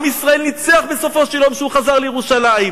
עם ישראל ניצח בסופו של יום כשהוא חזר לירושלים.